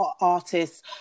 artists